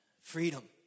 Freedom